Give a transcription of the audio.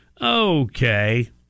Okay